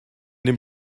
dem